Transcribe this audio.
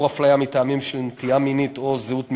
אפליה מטעמים של נטייה מינית או זהות מגדרית,